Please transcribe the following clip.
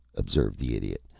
observed the idiot,